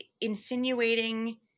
insinuating